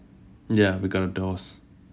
ya we got the doors